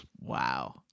Wow